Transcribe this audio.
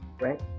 right